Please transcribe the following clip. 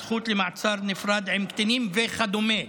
הזכות למעצר נפרד עם קטינים וכדומה.